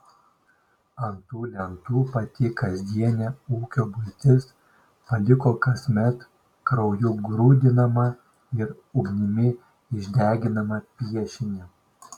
ant tų lentų pati kasdienė ūkio buitis paliko kasmet krauju grūdinamą ir ugnimi išdeginamą piešinį